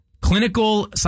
clinical